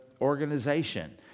organization